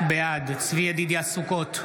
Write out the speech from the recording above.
בעד צבי ידידיה סוכות,